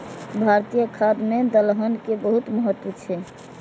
भारतीय खाद्य मे दलहन के बहुत महत्व छै